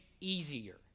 easier